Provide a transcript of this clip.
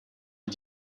est